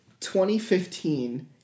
2015